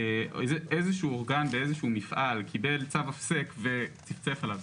איזה שהוא אורגן באיזה שהוא מפעל קיבל צו הפסק וצפצף עליו,